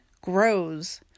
grows